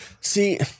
See